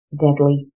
deadly